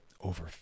over